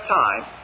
time